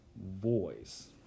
voice